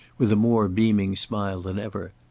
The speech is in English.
with a more beaming smile than ever.